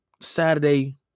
Saturday